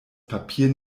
papier